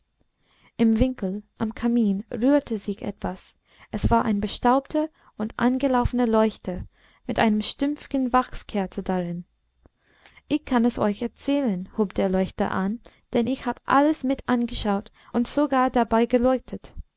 im winkel am kamin rührte sich etwas es war ein bestaubter und angelaufener leuchter mit einem stümpfchen wachskerze darin ich kann es euch erzählen hub der leuchter an denn ich hab alles mit angeschaut und sogar dabei geleuchtet